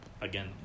again